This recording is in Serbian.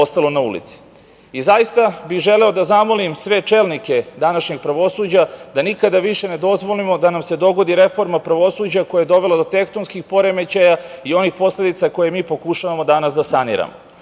ulici. Zaista bi želeo da zamolim sve čelnike današnjeg pravosuđa da nikada više ne dozvolimo da nam se dogodi reforma pravosuđa koja je dovela do tektonskih poremećaja i onih posledica koje mi pokušavamo danas da saniramo. Mi